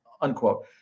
unquote